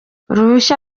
uruhushya